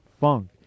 funk